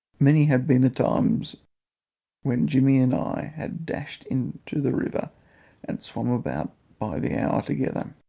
many had been the times when jimmy and i had dashed into the river and swum about by the hour together